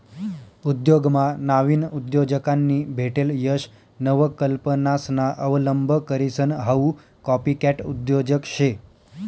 उद्योगमा नाविन उद्योजकांनी भेटेल यश नवकल्पनासना अवलंब करीसन हाऊ कॉपीकॅट उद्योजक शे